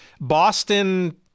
Boston